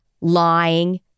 lying